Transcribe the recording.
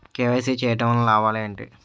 KYC చేయటం వలన లాభాలు ఏమిటి?